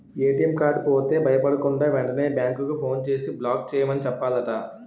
ATM card పోతే భయపడకుండా, వెంటనే బేంకుకి ఫోన్ చేసి బ్లాక్ చేయమని చెప్పాలట